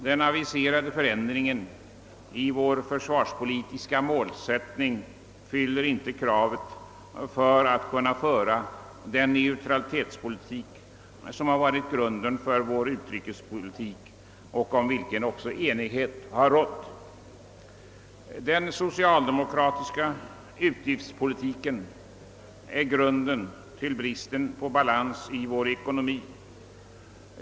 Den aviserade förändringen i vår försvarspolitiska målsättning leder till att vi inte kan före den neutralitetspolitik som har varit grunden för vår utrikespolitik och om vilken också enighet har rått. Den socialdemokratiska utgiftspolitiken har grundlagt bristen på balans i vår ekonomi.